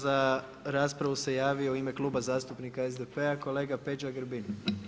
Za raspravu se javio u ime Kluba zastupnika SDP-a kolega Peđa Grbin.